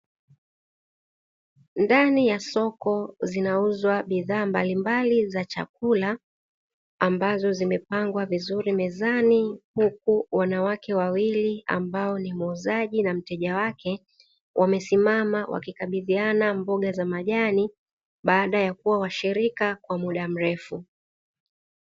Ndani ya soko zinauzwa bidhaa mbalimbali za chakula ambazo zimepangwa vizuri mezani, huku wanawake wawili ambao ni muuzaji na mteja wake wamesimama, wakikabidhiana mboga za majani baada ya kuwa washirika kwa muda mrefu.